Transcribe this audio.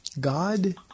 God